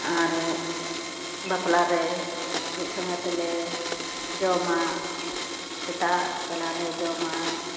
ᱟᱨ ᱵᱟᱯᱞᱟ ᱨᱮ ᱢᱤᱫ ᱥᱚᱸᱜᱮ ᱛᱮᱞᱮ ᱡᱚᱢᱟ ᱥᱮᱛᱟᱜ ᱵᱮᱲᱟ ᱞᱮ ᱡᱚᱢᱟ